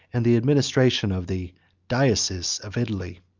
and the administration of the diocese of italy.